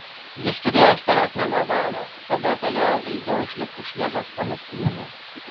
jis turėjo storesnę luobelę todėl galėjo ilgiau išlikti šviežias po nuskynimo